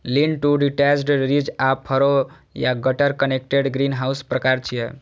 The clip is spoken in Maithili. लीन टु डिटैच्ड, रिज आ फरो या गटर कनेक्टेड ग्रीनहाउसक प्रकार छियै